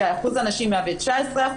שאחוז הנשים מהווה 19%,